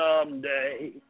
someday